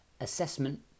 assessment